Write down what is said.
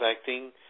acting